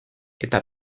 eta